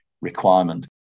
requirement